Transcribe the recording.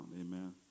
amen